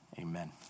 Amen